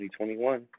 2021